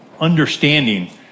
understanding